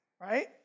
right